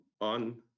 on